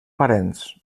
parents